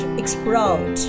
explode